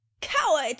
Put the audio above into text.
Coward